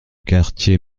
quartier